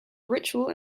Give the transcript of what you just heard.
ritual